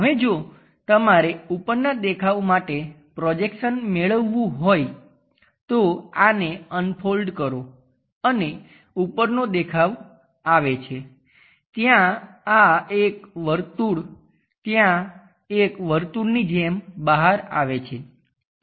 હવે જો તમારે ઉપરના દેખાવ માટે પ્રોજેક્શન મેળવવું હોય તો આને અનફોલ્ડ કરો અને ઉપરનો દેખાવ આવે છે ત્યાં આ એક વર્તુળ ત્યાં એક વર્તુળની જેમ બહાર આવે છે